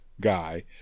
guy